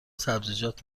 سبزیجات